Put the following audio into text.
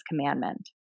commandment